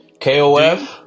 KOF